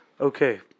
Okay